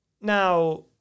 Now